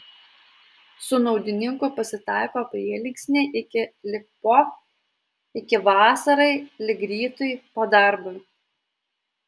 su naudininku pasitaiko prielinksniai iki lig po iki vasarai lig rytui po darbui